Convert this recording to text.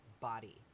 body